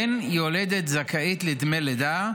אין יולדת זכאית לדמי לידה,